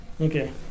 Okay